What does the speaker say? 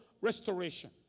restoration